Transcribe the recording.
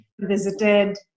visited